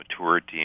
maturity